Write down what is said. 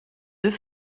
deux